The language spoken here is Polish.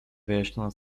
wyjaśniono